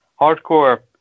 hardcore